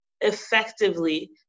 effectively